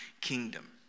kingdom